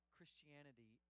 Christianity